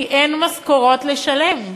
כי אין משכורות לשלם,